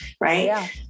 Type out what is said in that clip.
right